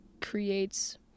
creates